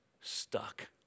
stuck